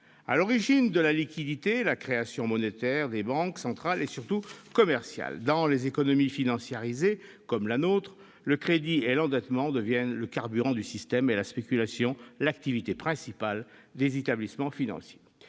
À l'origine de la liquidité, on trouve la création monétaire des banques, centrales et, surtout, commerciales. Dans les économies financiarisées comme la nôtre, le crédit et l'endettement deviennent le carburant du système et la spéculation l'activité principale des établissements financiers.